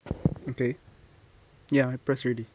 okay ya I press already